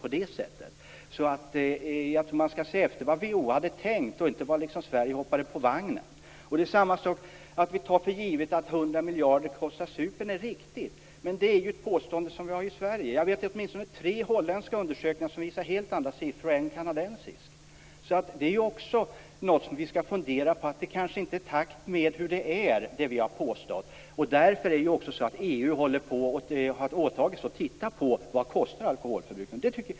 Jag tror att man skall se efter vad WHO hade tänkt. Sverige liksom bara hoppade på vagnen. Vi tar för givet att supandet kostar 100 miljarder. Det är riktigt, men det är ett påstående som vi har i Sverige. Jag vet att åtminstone tre holländska undersökningar och en kanadensisk visar helt andra siffror. Det är också någonting som vi skall fundera på - det vi påstår kanske inte är i takt med hur det. Därför har EU åtagit sig att titta på vad alkoholförbrukningen kostar.